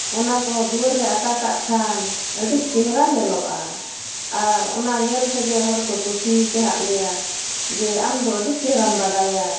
ᱚᱱᱟ ᱠᱚᱦᱚᱸ ᱫᱩᱣᱟᱹᱨ ᱨᱮ ᱟᱠᱟ ᱠᱟᱜ ᱠᱷᱟᱱ ᱟᱹᱰᱤ ᱪᱮᱦᱨᱟ ᱧᱮᱞᱚᱜᱼᱟ ᱟᱨ ᱚᱱᱟ ᱧᱮᱞ ᱛᱮᱜᱮ ᱦᱚᱲ ᱠᱚ ᱠᱩᱥᱤ ᱟᱠᱟᱫ ᱞᱮᱭᱟ ᱡᱮ ᱟᱢᱫᱚ ᱟᱹᱰᱤ ᱪᱮᱦᱨᱟᱢ ᱵᱟᱰᱟᱭᱟ